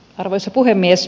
arvoisa puhemies